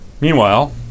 Meanwhile